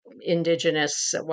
Indigenous